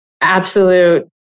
absolute